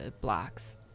blocks